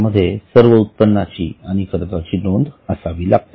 त्यामध्ये सर्व उत्पन्नाची आणि खर्चाची नोंद असावी लागते